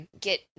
get